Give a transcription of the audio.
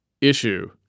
issue